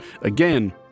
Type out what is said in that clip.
again